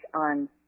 on